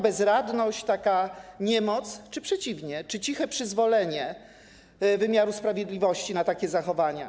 Bezradność, niemoc czy przeciwnie, ciche przyzwolenie wymiaru sprawiedliwości na takie zachowania?